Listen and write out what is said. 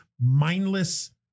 mindless